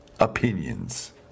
opinions